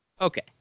Okay